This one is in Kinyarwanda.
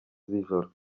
z’ijoro